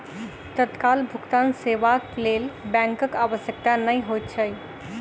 तत्काल भुगतान सेवाक लेल बैंकक आवश्यकता नै होइत अछि